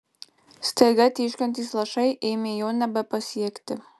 staiga tyškantys lašai ėmė jo nebepasiekti